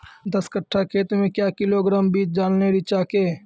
दस कट्ठा खेत मे क्या किलोग्राम बीज डालने रिचा के?